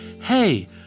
hey